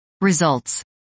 Results